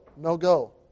No-go